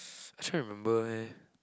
actually I remember eh